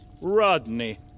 Rodney